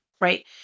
right